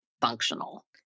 functional